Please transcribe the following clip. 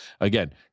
again